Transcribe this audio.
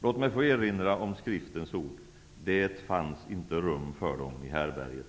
Låt mig få erinra om Skriftens ord: ''Det fanns inte rum för dem i härbärget.